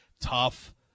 Tough